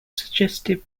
suggested